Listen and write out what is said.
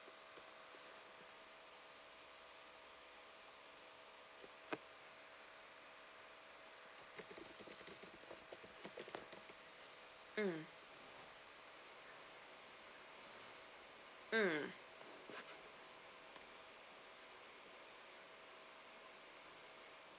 mm mm